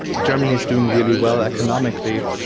germany is doing really well economically.